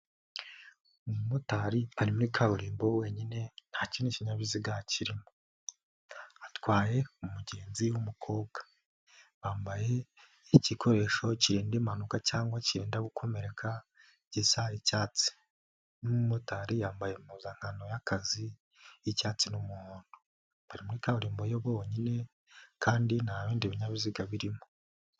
Umumotari ari muri kaburimbo wenyine, nta kindi kinyabiziga kirimo. Atwaye umugenzi w'umukobwa. Bambaye igikoresho kirinda impanuka cyangwa kirinda gukomereka gisa icyatsi. N'umumotari yambaye impuzankano y'akazi y'icyatsi n'umuhondo. Bari muri kaburimbo bonyine kandi nta bindi binyabiziga birimo.